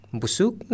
busuk